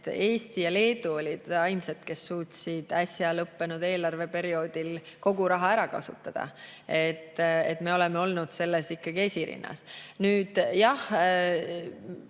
Eesti ja Leedu olid ainsad, kes suutsid äsja lõppenud eelarveperioodil kogu raha ära kasutada. Me oleme olnud selles ikkagi esirinnas. Jah,